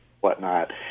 whatnot